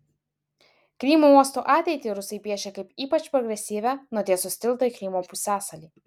krymo uostų ateitį rusai piešia kaip ypač progresyvią nutiesus tiltą į krymo pusiasalį